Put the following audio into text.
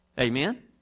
Amen